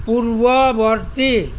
পূৰ্বৱৰ্তী